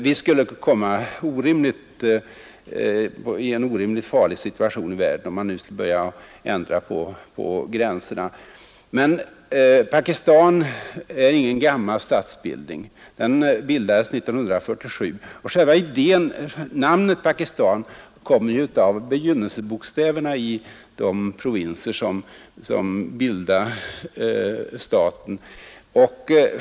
Vi skulle komma i en orimlig och farlig situation i världen, om man nu skulle börja ändra på gränserna. Men Pakistan är ingen gammal statsbildning. Pakistan bildades 1947, och t.o.m. namnet Pakistan är ett fantasinamn som kommer av begynnelsebokstäverna i de provinser som bildar staten.